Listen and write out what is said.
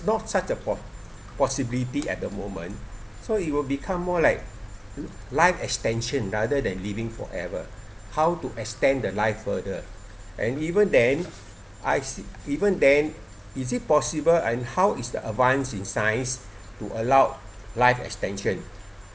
no such a po~ possibility at the moment so it will become more like life extension rather than living forever how to extend the life further and even then I see even then is it possible and how is the advanced in science to allow life extension